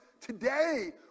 Today